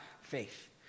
faith